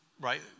right